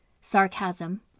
Sarcasm